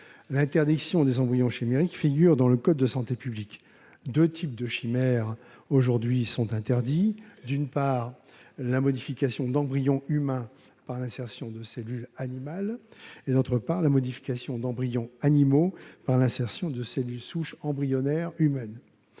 L'interdiction des embryons chimériques figure dans le code de la santé publique. Deux types de chimères sont aujourd'hui interdits : d'une part, la modification d'embryons humains par l'insertion de cellules animales ; d'autre part, la modification d'embryons animaux par l'insertion de cellules souches embryonnaires humaines.